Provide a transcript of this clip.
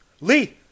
Lee